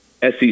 SEC